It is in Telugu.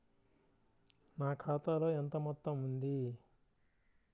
నా ఖాతాలో ఎంత మొత్తం ఉంది?